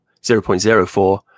0.04